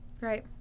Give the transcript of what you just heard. Right